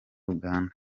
uganda